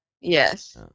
yes